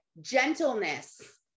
gentleness